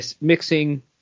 mixing